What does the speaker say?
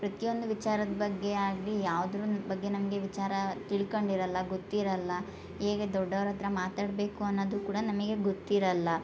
ಪ್ರತಿಯೊಂದು ವಿಚಾರದ ಬಗ್ಗೆ ಆಗಲಿ ಯಾವ್ದ್ರುನ ಬಗ್ಗೆ ನಮಗೆ ವಿಚಾರ ತಿಳ್ಕಂಡು ಇರಲ್ಲ ಗೊತ್ತಿರಲ್ಲ ಹೇಗೆ ದೊಡ್ಡವ್ರ ಹತ್ರ ಮಾತಾಡಬೇಕು ಅನ್ನದು ಕೂಡ ನಮಗೆ ಗೊತ್ತಿರಲ್ಲ